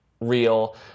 real